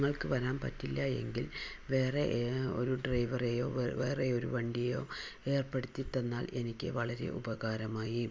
നിങ്ങൾക്ക് വരാൻ പറ്റില്ല എങ്കിൽ വേറെ ഒരു ഡ്രൈവറെയോ വേറെ ഒരു വണ്ടിയോ ഏർപ്പെടുത്തി തന്നാൽ എനിക്ക് വളരെ ഉപകാരമായി